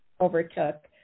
overtook